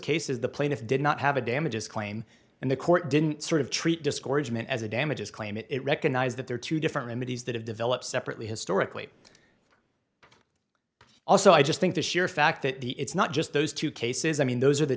cases the plaintiffs did not have a damages claim and the court didn't sort of treat discouragement as a damages claim it recognized that there are two different entities that have developed separately historically also i just think the sheer fact that the it's not just those two cases i mean those are the